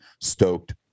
stoked